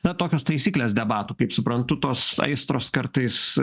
na tokios taisyklės debatų kaip suprantu tos aistros kartais